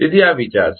તેથી આ વિચાર છે